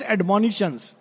Admonitions